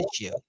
issue